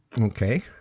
Okay